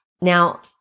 Now